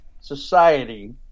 society